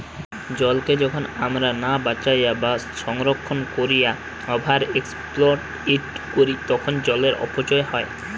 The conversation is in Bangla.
জলকে যখন আমরা না বাঁচাইয়া বা না সংরক্ষণ কোরিয়া ওভার এক্সপ্লইট করি তখন জলের অপচয় হয়